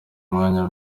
umwanya